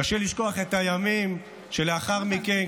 קשה לשכוח את הימים שלאחר מכן,